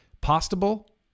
Possible